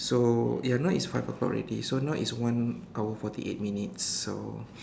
so ya now is five o-clock already so now is one hour forty eight minutes so